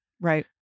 Right